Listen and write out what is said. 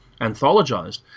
anthologized